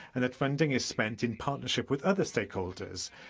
and that funding is spent in partnership with other stakeholders.